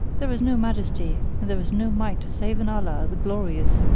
there is no majesty, and there is no might save in allah, the glorious,